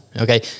Okay